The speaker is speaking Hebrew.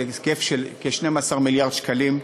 בהיקף של כ-12 מיליארד שקלים.